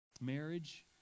Marriage